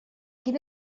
quin